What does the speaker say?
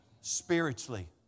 Spiritually